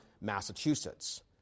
Massachusetts